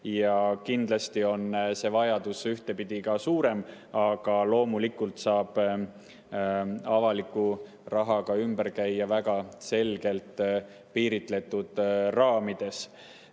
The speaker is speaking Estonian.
Kindlasti on see vajadus ühtpidi suurem, aga loomulikult saab avaliku rahaga ümber käia väga selgelt piiritletud raamides.